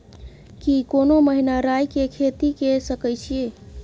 की कोनो महिना राई के खेती के सकैछी?